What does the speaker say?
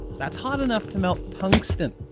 that's hot enough to melt tungsten,